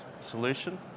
solution